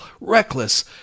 reckless